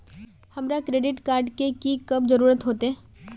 हमरा credit card की कब जरूरत होते?